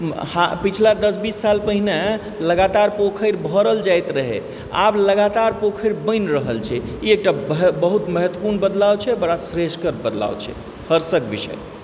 हाल पिछला दस बीस साल पहिने लगातार पोखरि भरल जाइत रहय आब लगातार पोखरि बनि रहल छै ई एक टा बहुत महत्त्वपूर्ण बदलाव छै आओर बड़ा श्रेयस्कर बदलाव छै हर्षक विषय